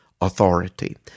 authority